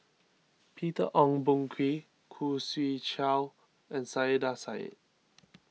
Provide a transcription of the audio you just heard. Peter Ong Boon Kwee Khoo Swee Chiow and Saiedah Said